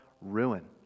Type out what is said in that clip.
ruin